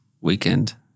weekend